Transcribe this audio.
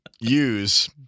use